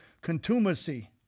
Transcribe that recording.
Contumacy